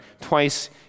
twice